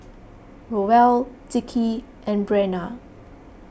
Roel Dickie and Breanna